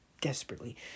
desperately